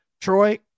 Troy